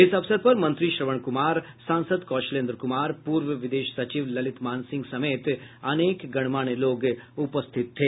इस अवसर पर मंत्री श्रवण कुमार सांसद कौशलेंद्र कुमार पूर्व विदेश सचिव ललित मान सिंह समेत अनेक गणमान्य लोग उपस्थित थे